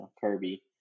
Kirby